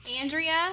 Andrea